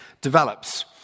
develops